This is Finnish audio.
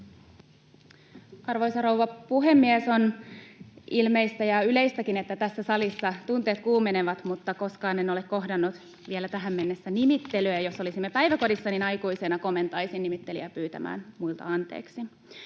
Arvoisa rouva puhemies! On ilmeistä ja yleistäkin, että tässä salissa tunteet kuumenevat, mutta koskaan en ole kohdannut vielä tähän mennessä nimittelyä. Jos olisimme päiväkodissa, niin aikuisena komentaisin nimittelijää pyytämään muilta anteeksi.